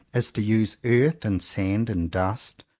is to use earth and sand and dust,